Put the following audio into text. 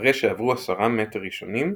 אחרי שעברו 10 מטר ראשונים,